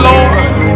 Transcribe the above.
Lord